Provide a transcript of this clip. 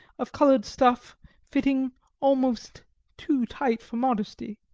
of coloured stuff fitting almost too tight for modesty.